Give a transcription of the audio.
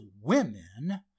women